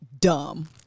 Dumb